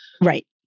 Right